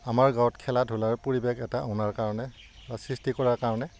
আমাৰ গাঁৱত খেলা ধূলাৰ পৰিৱেশ এটা অনাৰ কাৰণে বা সৃষ্টি কৰাৰ কাৰণে